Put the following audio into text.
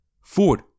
Ford